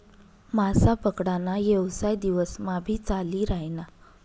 मासा पकडा ना येवसाय दिवस मा भी चाली रायना